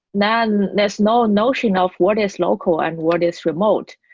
then there's no notion of what is local and what is remote.